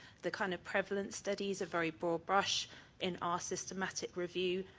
the kind of prevalence studies are very broad brush in our systematic review,